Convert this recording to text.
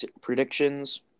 predictions